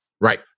Right